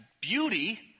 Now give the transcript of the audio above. beauty